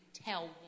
Tell